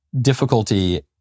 difficulty